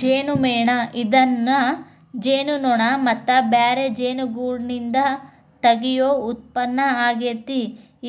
ಜೇನುಮೇಣ ಇದನ್ನ ಜೇನುನೋಣ ಮತ್ತ ಬ್ಯಾರೆ ಜೇನುಗೂಡ್ನಿಂದ ತಗಿಯೋ ಉತ್ಪನ್ನ ಆಗೇತಿ,